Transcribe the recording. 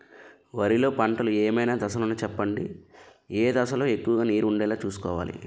వరిలో పంటలు ఏమైన దశ లను చెప్పండి? ఏ దశ లొ ఎక్కువుగా నీరు వుండేలా చుస్కోవలి?